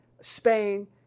Spain